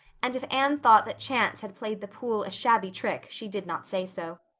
and if anne thought that chance had played the pool a shabby trick she did not say so.